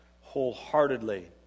wholeheartedly